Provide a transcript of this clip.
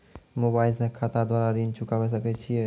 Mobile से खाता द्वारा ऋण चुकाबै सकय छियै?